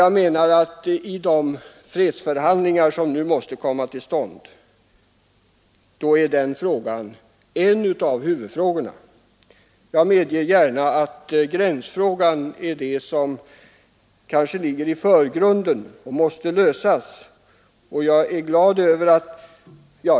Jag menar att i de fredsförhandlingar som nu måste komma till stånd är det en av huvudfrågorna; jag medger gärna att gränsfrågan ligger i förgrunden och kanske måste lösas först.